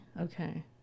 okay